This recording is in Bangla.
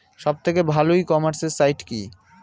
সব থেকে ভালো ই কমার্সে সাইট কী?